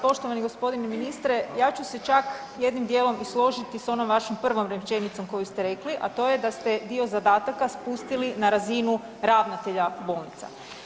Poštovani gospodine ministre, ja ću se čak jednim dijelom i složiti sa onom vašom prvom rečenicom koju ste rekli, a to je da ste dio zadataka spustili na razinu ravnatelja bolnica.